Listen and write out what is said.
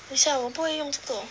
等一下我不会用这个